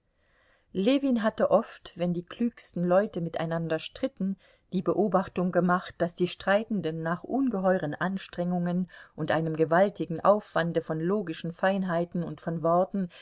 ljewin hatte oft wenn die klügsten leute miteinander stritten die beobachtung gemacht daß die streitenden nach ungeheuren anstrengungen und einem gewaltigen aufwande von logischen feinheiten und von worten